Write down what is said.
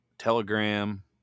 telegram